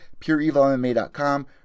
pureevilmma.com